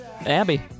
Abby